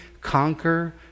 conquer